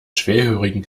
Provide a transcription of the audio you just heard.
schwerhörigen